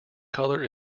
color